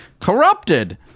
corrupted